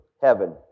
heaven